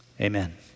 amen